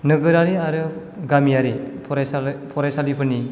नोगोरारि आरो गामियारि फरायसालि फरायसालिफोरनि